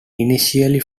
initially